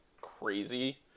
crazy